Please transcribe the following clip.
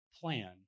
plan